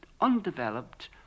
undeveloped